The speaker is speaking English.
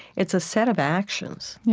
it's a set of actions.